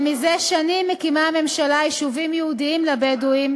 ומזה שנים מקימה הממשלה יישובים ייעודיים לבדואים